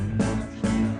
בקשה.